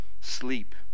sleep